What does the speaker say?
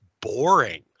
boring